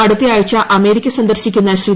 അടുത്തയാഴ്ച അമേരിക്ക സന്ദർശിക്കുന്ന് ശ്രീ